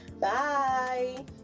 Bye